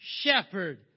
shepherd